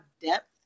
depth